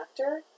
actor